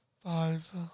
five